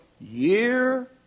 year